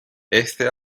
este